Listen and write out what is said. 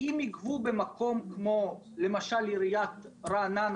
אם יגבו במקום כמו למשל עיריית רעננה